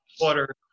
water